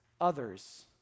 others